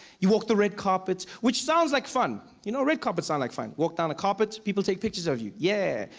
you walk the red carpet, which sounds like fun. you know red carpet sounds like fun. you walk down a carpet, people take pictures of you. yea!